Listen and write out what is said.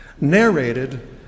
narrated